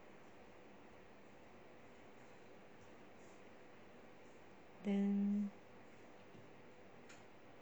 then